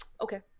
Okay